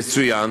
יצוין